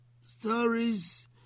stories